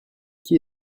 qui